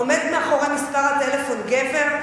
עומד מאחורי מספר הטלפון גבר,